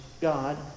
God